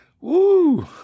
woo